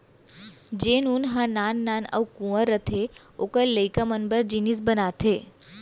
जेन ऊन ह नान नान अउ कुंवर रथे ओकर लइका मन बर जिनिस बनाथे